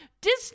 Disney